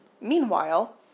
Meanwhile